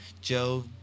Joe